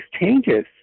changes